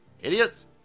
Idiots